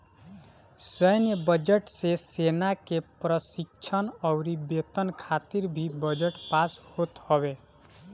सैन्य बजट मे सेना के प्रशिक्षण अउरी वेतन खातिर भी बजट पास होत हवे